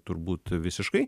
turbūt visiškai